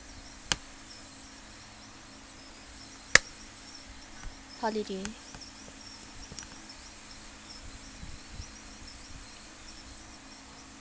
holiday